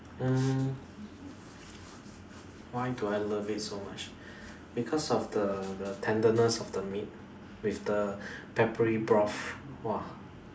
mm why do I love it so much because of the the tenderness of the meat with the peppery broth !woah!